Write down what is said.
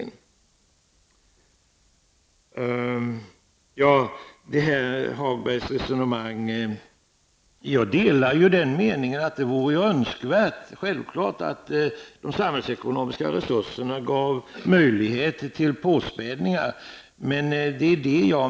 Beträffande Lars-Ove Hagbergs resonemang vill jag säga att jag självfallet delar uppfattningen att det vore önskvärt att de samhällsekonomiska resurserna gav möjligheter till påspädningar.